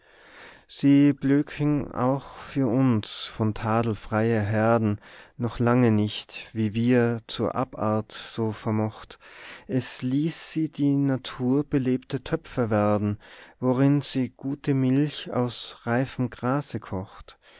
sie blöken auch für uns von tadel freie herden noch lange nicht wie wir zur abart so vermocht worin sie gute milch aus reifem grase kocht